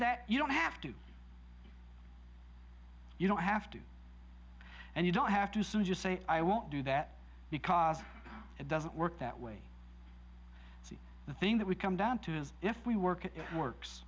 that you don't have to you don't have to and you don't have to soon just say i won't do that because it doesn't work that way the thing that we come down to is if we work it works